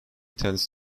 tends